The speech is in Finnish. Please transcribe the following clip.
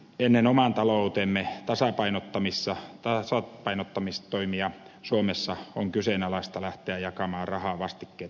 ennen oman taloutemme tasapainottamistoimia suomessa on kyseenalaista lähteä jakamaan rahaa vastikkeetta muille